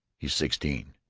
he's sixteen.